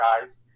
guys